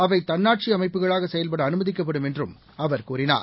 அவைதன்னாட்சிஅமைப்புகளாகசெயல்படஅனுமதிக்கப்படும் என்றும் அவர் கூறினார்